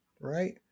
right